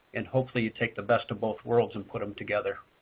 and hopefully you take the best of both worlds and put them together.